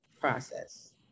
process